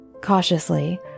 Cautiously